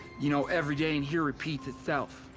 you know, everyday in here repeats itself.